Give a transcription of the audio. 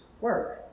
work